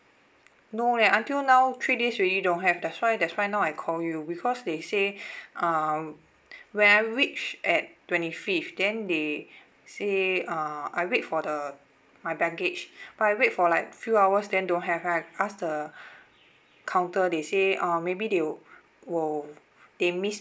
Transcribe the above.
no leh until now three days already don't have that's why that's why now I call you because they say uh when I reach at twenty fifth then they say they uh I wait for the my package but I wait for like few hours then don't have then I ask the counter they say uh maybe they were they mixed